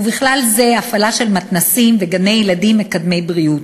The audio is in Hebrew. ובכלל זה הפעלה של מתנ"סים וגני-ילדים מקדמי בריאות.